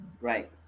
Right